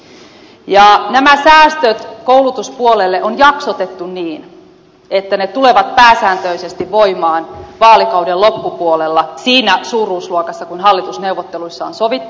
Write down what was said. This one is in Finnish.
nämä säästöt koulutuspuolelle on jaksotettu niin että ne tulevat pääsääntöisesti voimaan vaalikauden loppupuolella siinä suuruusluokassa kuin hallitusneuvotteluissa on sovittu